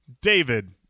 david